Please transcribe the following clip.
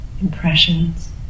Impressions